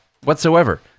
whatsoever